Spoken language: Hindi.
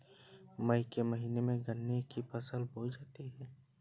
मई के महीने में गन्ना की फसल बोई जाती है